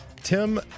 Tim